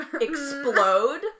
explode